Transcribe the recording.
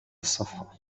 الصفحة